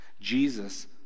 Jesus